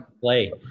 play